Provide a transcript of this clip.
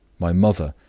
my mother,